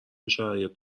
شرایط